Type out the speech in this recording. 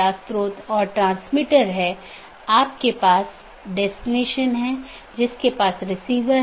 दूसरे अर्थ में जब मैं BGP डिवाइस को कॉन्फ़िगर कर रहा हूं मैं उस पॉलिसी को BGP में एम्बेड कर रहा हूं